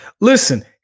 Listen